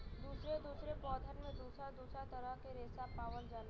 दुसरे दुसरे पौधन में दुसर दुसर तरह के रेसा पावल जाला